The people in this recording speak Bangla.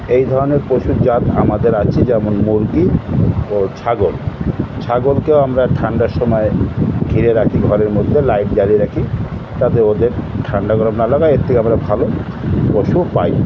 এই ধরনের পশুর জাত আমাদের আছে যেমন মুরগি ও ছাগল ছাগলকে আমরা ঠান্ডার সমায় ঘিরে রাখি ঘরের মধ্যে লাইট জ্বালিয়ে রাখি তাতে ওদের ঠান্ডা গরম না লাগায় এর থেকে আমরা ভালো পশু পাই